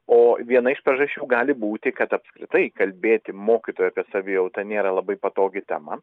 o viena iš priežasčių gali būti kad apskritai kalbėti mokytojui apie savijautą nėra labai patogi tema